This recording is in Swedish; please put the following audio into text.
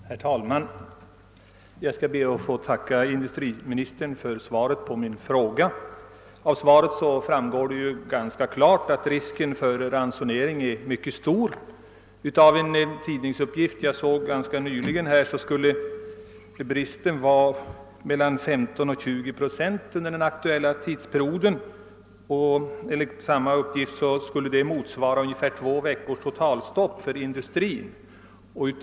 Herr talman! Jag ber att få tacka industriministern för svaret på min fråga. Av detsamma framgår ganska klart att risken för elransonering är mycket stor. Enligt en tidningsuppgift ganska nyligen skulle bristen vara mellan 15 och 20 procent under den aktuella tidsperioden, vilket skulle motsvara ungefär två veckors totalstopp för industrin.